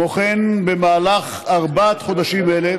כמו כן, במהלך ארבעת החודשים האלה